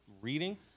reading